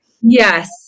Yes